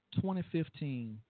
2015